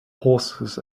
horses